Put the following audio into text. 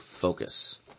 focus